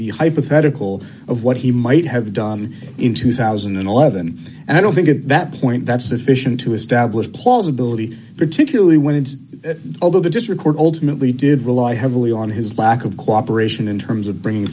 the hypothetical of what he might have done in two thousand and eleven and i don't think at that point that's sufficient to establish paul's ability particularly when it's over the just record ultimately did rely heavily on his lack of cooperation in terms of bringing